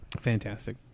fantastic